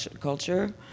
culture